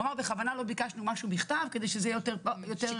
הוא אמר בכוונה לא ביקשנו משהו בכתב כדי שזה יהיה יותר גדול.